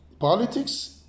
politics